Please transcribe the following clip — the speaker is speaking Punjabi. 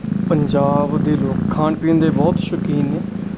ਪੰਜਾਬ ਦੇ ਲੋਕ ਖਾਣ ਪੀਣ ਦੇ ਬਹੁਤ ਸ਼ੌਕੀਨ ਨੇ